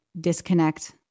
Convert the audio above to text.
disconnect